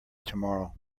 tomorrow